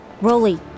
Rolly